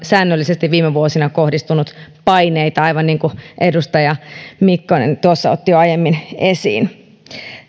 säännöllisesti viime vuosina kohdistunut paineita aivan niin kuin edustaja mikkonen tuossa otti jo aiemmin esiin